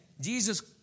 Jesus